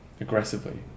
aggressively